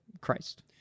Christ